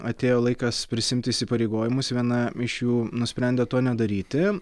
atėjo laikas prisiimti įsipareigojimus viena iš jų nusprendė to nedaryti